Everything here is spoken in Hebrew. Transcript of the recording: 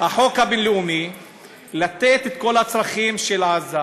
החוק הבין-לאומי לתת את כל הצרכים של עזה.